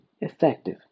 effective